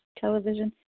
television